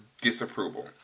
disapproval